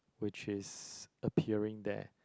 which is appearing there